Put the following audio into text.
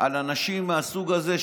על אנשים מהסוג הזה,